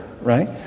right